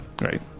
Right